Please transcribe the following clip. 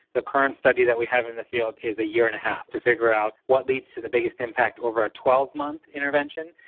the current study that we have in the field is a year and a half to figure out what leads to the biggest impact over a twelve month intervention,